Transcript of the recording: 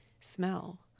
smell